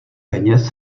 peněz